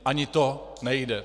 Ani to nejde.